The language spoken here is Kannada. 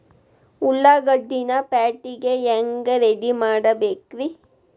ಉಳ್ಳಾಗಡ್ಡಿನ ಪ್ಯಾಟಿಗೆ ಹ್ಯಾಂಗ ರೆಡಿಮಾಡಬೇಕ್ರೇ?